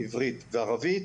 עברית וערבית.